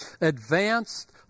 advanced